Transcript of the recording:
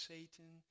Satan